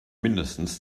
mindestens